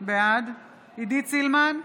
בעד עידית סילמן,